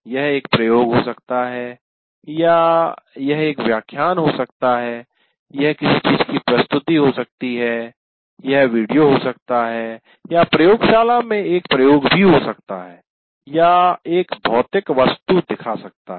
यह एक प्रयोग हो सकता है या यह एक व्याख्यान हो सकता है यह किसी चीज़ की प्रस्तुति हो सकती है एक वीडियो हो सकता है या प्रयोगशाला में एक प्रयोग भी हो सकता है या एक भौतिक वस्तु दिखा सकता है